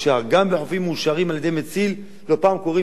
גם בחופים מאושרים על-ידי מציל לא פעם קורים מקרים,